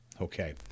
Okay